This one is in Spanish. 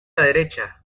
derecha